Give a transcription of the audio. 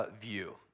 view